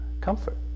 comfort